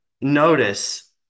notice